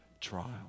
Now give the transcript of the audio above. trial